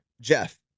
Jeff